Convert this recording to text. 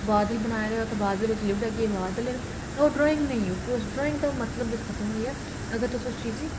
बादल बनाये दा ते उत्थै बादलें बिच लिखी ओड़ेआ कि एह् बादल न ते ओह् ड्राइंग निं ऐ ते भी उस ड्राइंग दा मतलब खत्म होइया अगर तुसें उस चीज़ गी